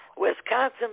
Wisconsin